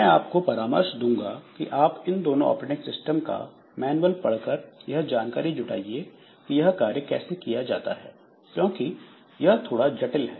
मैं आपको परामर्श दूंगा कि आप इन दोनों ऑपरेटिंग सिस्टम का मैनुअल पढ़कर यह जानकारी जुटाईये कि यह कार्य कैसे किया जाता है क्योंकि यह थोड़ा जटिल है